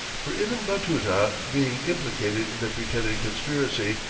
for ibn batuta being implicated in a pretended conspiracy,